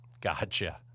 Gotcha